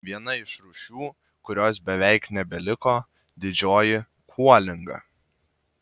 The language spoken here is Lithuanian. viena iš rūšių kurios beveik nebeliko didžioji kuolinga